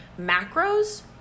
macros –